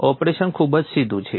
operation ખૂબ જ સીધું છે